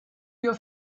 your